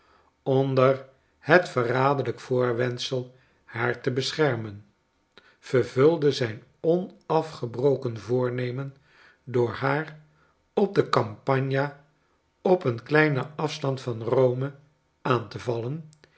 onder het verraderlijk voorwendsel haar te beschermen vervuldezijn onafgebroken voornemen door haar op de campagna op een kleinen afstand van rome aan te vallen